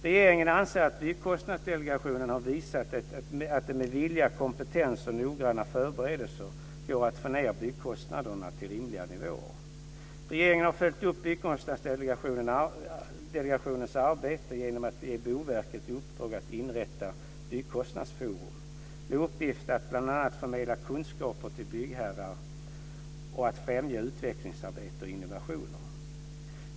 Regeringen anser att Byggkostnadsdelegationen har visat att det med vilja, kompetens och noggranna förberedelser går att få ned byggkostnaderna till rimliga nivåer. Regeringen har följt upp Byggkostnadsdelegationens arbete genom att ge Boverket i uppdrag att inrätta Byggkostnadsforum med uppgift att bl.a. förmedla kunskaper till byggherrar och att främja utvecklingsarbete och innovationer.